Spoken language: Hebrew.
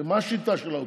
הרי מה השיטה של האוצר?